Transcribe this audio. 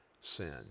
sin